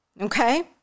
Okay